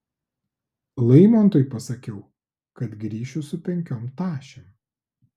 laimontui pasakiau kad grįšiu su penkiom tašėm